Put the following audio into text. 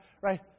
Right